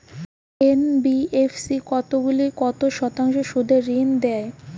NBFC কতগুলি কত শতাংশ সুদে ঋন দেয়?